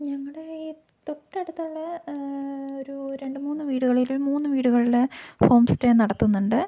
ഞങ്ങളുടെ ഈ തൊട്ടടുത്തുള്ള ഒരു രണ്ട് മൂന്ന് വീടുകളിൽ മൂന്ന് വീടുകളിൽ ഹോം സ്റ്റേ നടത്തുന്നുണ്ട്